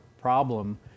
problem